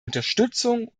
unterstützung